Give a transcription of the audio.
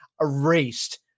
erased